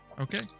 Okay